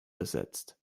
besetzt